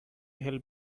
help